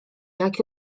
jak